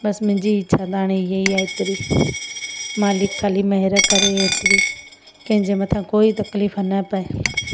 बसि मुंहिंजी इच्छा त हाणे हीअई आहे एतिरी मालिक़ ख़ाली महिर करे एतिरी कंहिंजे मथां कोई तकलीफ़ न पए